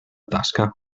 tasca